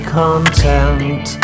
content